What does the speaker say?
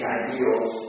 ideals